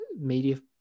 media